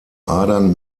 adern